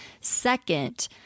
Second